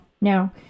no